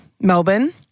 Melbourne